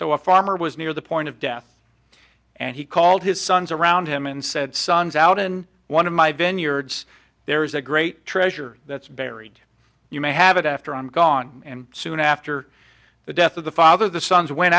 so a farmer was near the point of death and he called his sons around him and said sun's out in one of my vineyards there is a great treasure that's buried you may have it after i'm gone and soon after the death of the father the sons went